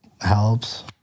helps